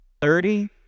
Thirty